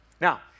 Now